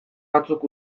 batzuk